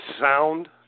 sound